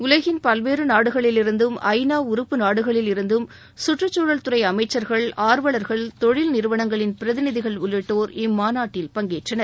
உலகின் பல்வேறு நாடுகளிலிருந்தும் ஐநா உறுப்பு நாடுகளில் இருந்தும் கற்றுச்சூழல் துறை அமைச்சர்கள் ஆர்வலர்கள் தொழில் நிறுவனங்களின் பிரதிநிதிகள் உள்ளிட்டோர் இம்மாநாட்டில் பங்கேற்றனர்